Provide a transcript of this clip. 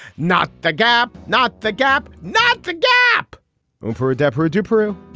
not the gap. not the gap. not the gap um for a desperate to prove.